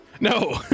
No